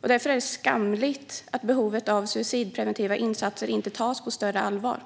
Därför är det skamligt att behovet av suicidpreventiva insatser inte tas på större allvar.